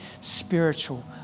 spiritual